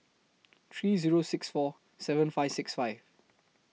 three Zero six four seven five six five